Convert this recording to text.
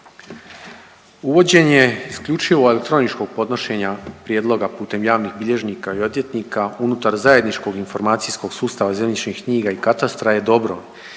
Uvođenje isključivo elektroničkog podnošenja prijedloga putem javnih bilježnika i odvjetnika unutar zajedničkog informacijskog sustava zemljišnih knjiga i katastra je dobro